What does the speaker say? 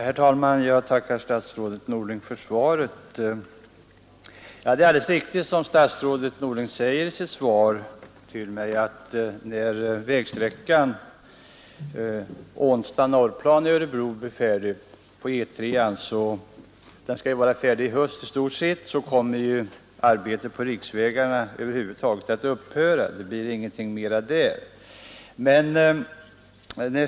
Herr talman! Jag tackar statsrådet Norling för svaret. Det är alldeles riktigt som statsrådet Norling säger i sitt svar till mig, att när vägsträckan Ånsta—Norrplan på E 3 blir färdig — den skall vara färdig i höst — kommer arbetet på riksvägarna i länet över huvud taget att upphöra.